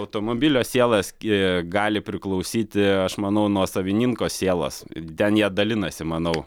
automobilio siela sk gali priklausyti aš manau nuo savininko sielos ten jie dalinasi manau